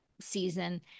season